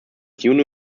juni